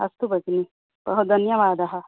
अस्तु भगिनी बहु धन्यवादः